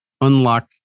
unlock